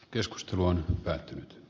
keskustelu on päättynyt